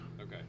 Okay